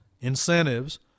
incentives